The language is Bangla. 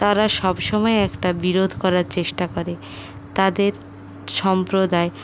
তারা সবসময় একটা বিরোধ করার চেষ্টা করে তাদের সম্প্রদায়